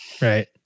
Right